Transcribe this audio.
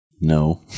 No